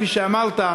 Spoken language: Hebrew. כפי שאמרת,